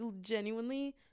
genuinely